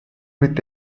with